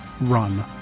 run